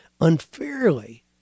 unfairly